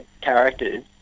characters